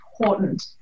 important